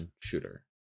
shooter